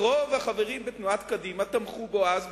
רוב החברים בתנועת קדימה תמכו בו אז,